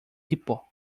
tipo